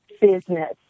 business